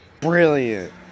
brilliant